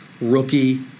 rookie